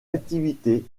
activité